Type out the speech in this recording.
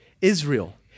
Israel